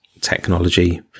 technology